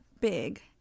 big